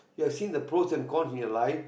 you have seen the pros and cons in your life